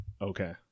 Okay